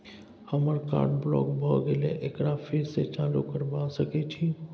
हमर card block भ गेले एकरा फेर स चालू करबा सके छि?